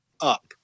up